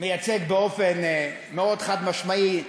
מייצג באופן מאוד חד-משמעי,